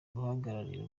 guhagararira